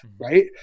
right